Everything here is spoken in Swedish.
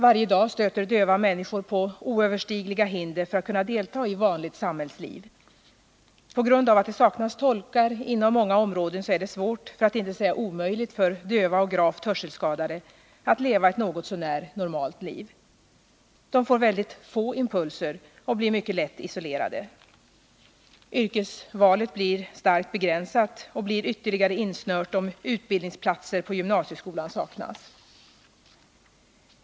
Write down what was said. Varje dag stöter döva människor på oöverstigliga hinder för att kunna delta i vanligt samhällsliv. På grund av att det saknas tolkar inom många områden är det svårt, för att inte säga omöjligt. för döva och gravt hörselskadade att leva ett något så när normalt liv. De får väldigt få impulser och blir mycket lätt isolerade. Yrkesvalet blir starkt begränsat och blir ytterligare insnört. om utbildningsplatser inom gymnasieskolan saknas.